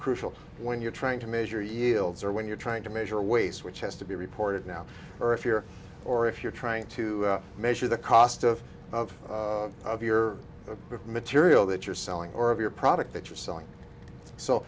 crucial when you're trying to measure yields or when you're trying to measure waste which has to be reported now or if you're or if you're trying to measure the cost of of your material that you're selling or of your product that you're selling so